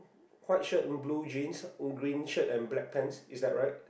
white shirt in blue jeans green shirt and black pants is that right